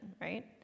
right